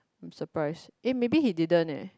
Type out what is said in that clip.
I'm surprised eh maybe he didn't eh